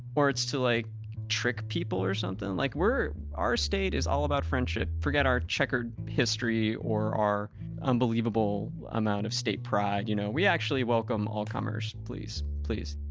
or it's to like trick people or something? like our state is all about friendship forget our checkered history or our unbelievable amount of state pride, you know we actually welcome all comers, please, please.